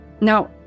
Now